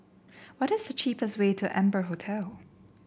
what is the cheapest way to Amber Hotel